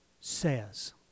says